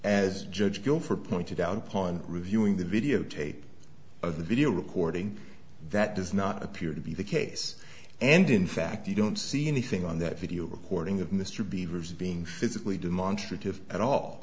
as judge go for pointed out upon reviewing the video tape of the video recording that does not appear to be the case and in fact you don't see anything on that video recording of mr beavers being physically demonstrative at all